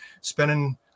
spending